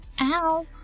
Ow